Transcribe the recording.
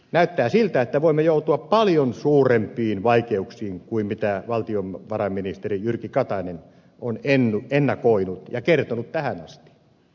näyttää siltä että voimme joutua paljon suurempiin vaikeuksiin kuin mitä valtiovarainministeri jyrki katainen on ennakoinut ja kertonut tähän asti